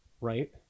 right